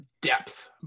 depth